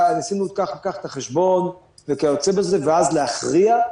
עשינו כך וכך את החשבון וכיוצא בזה, ואז להכריע?